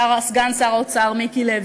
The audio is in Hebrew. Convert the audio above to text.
סגן שר האוצר מיקי לוי?